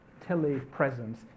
telepresence